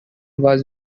was